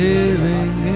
Living